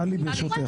מיותר.